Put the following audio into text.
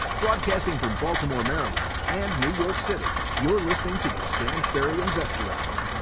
broadcasting from baltimore, maryland and new york city, you're listening to the stansberry investor hour.